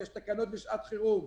--- יש תקנות לשעת חירום.